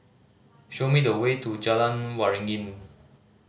show me the way to Jalan Waringin